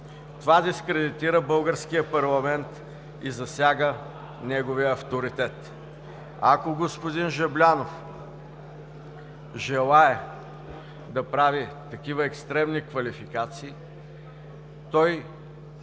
Това дискредитира българския парламент и засяга неговия авторитет. Ако господин Жаблянов желае да прави такива екстремни квалификации, той